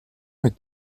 est